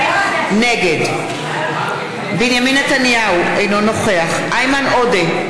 נגד בנימין נתניהו, אינו נוכח איימן עודה,